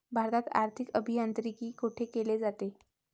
भारतात आर्थिक अभियांत्रिकी कोठे केले जाते?